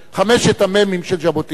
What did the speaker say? חמשת המ"מים של ז'בוטינסקי,